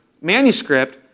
manuscript